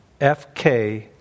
FK